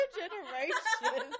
generation